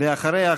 ואחריה,